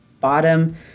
bottom